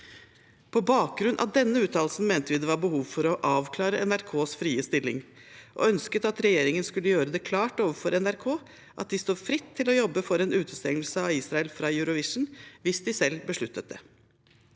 På bakgrunn av denne uttalelsen mente vi det var behov for å avklare NRKs frie stilling, og vi ønsket at regjeringen skulle gjøre det klart overfor NRK at de står fritt til å jobbe for en utestengelse av Israel fra Eurovision, hvis de selv beslutter det.